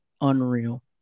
unreal